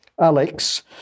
Alex